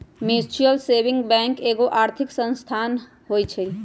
mutual saving bank एगो आर्थिक संस्थान होइ छइ